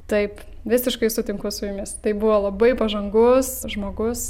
taip visiškai sutinku su jumis tai buvo labai pažangus žmogus